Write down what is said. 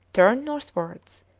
turned northwards,